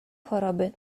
choroby